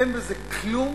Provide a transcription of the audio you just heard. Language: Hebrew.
אין בזה כלום,